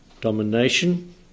domination